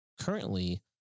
currently